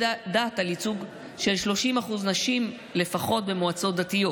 דת על ייצוג של 30% נשים לפחות במועצות דתיות.